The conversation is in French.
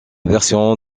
version